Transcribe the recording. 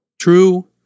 True